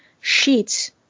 sheets